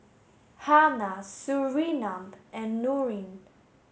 Hana Surinam and Nurin